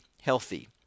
healthy